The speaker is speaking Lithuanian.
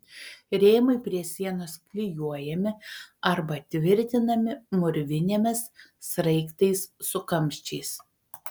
rėmai prie sienos klijuojami arba tvirtinami mūrvinėmis sraigtais su kamščiais